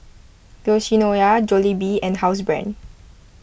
Yoshinoya Jollibee and Housebrand